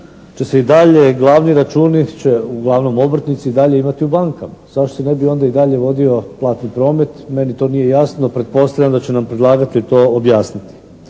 će se i dalje glavni računi će uglavnom obrtnici imati u bankama. Zašto se ne bi onda i dalje vodio platni promet. Meni to nije jasno. Pretpostavljam da će nam predlagatelj to objasniti.